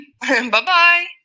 Bye-bye